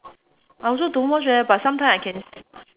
I also don't watch eh but sometime I can s~